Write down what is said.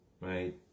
right